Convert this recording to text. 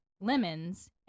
lemons